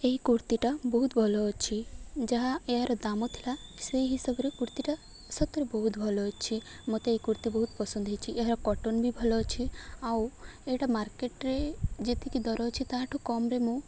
ଏ କୁର୍ତ୍ତୀଟା ବହୁତ ଭଲ ଅଛି ଯାହା ଏହାର ଦାମ ଥିଲା ସେଇ ହିସାବରେ କୁର୍ତ୍ତୀଟା ସତରେ ବହୁତ ଭଲ ଅଛି ମୋତେ ଏଇ କୁର୍ତ୍ତୀ ବହୁତ ପସନ୍ଦ ହେଇଛି ଏହାର କଟନ୍ ବି ଭଲ ଅଛି ଆଉ ଏଇଟା ମାର୍କେଟରେ ଯେତିକି ଦର ଅଛି ତାହା ଠୁ କମ୍ରେ ମୁଁ